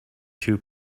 two